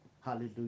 Hallelujah